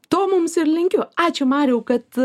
to mums ir linkiu ačiū mariau kad